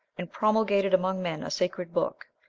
and promulgated among men a sacred book,